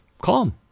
calm